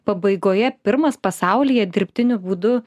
pabaigoje pirmas pasaulyje dirbtiniu būdu